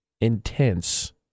intense